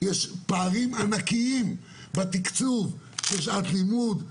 יש פערים ענקיים בתקצוב של שעת לימוד,